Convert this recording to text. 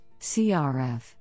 CRF